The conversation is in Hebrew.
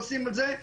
עושים את זה,